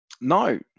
No